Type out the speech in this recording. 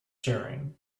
sharing